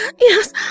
yes